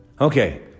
Okay